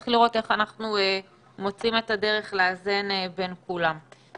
צריך לראות איך אנחנו מוצאים את הדרך לאזן בין כולם.